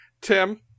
Tim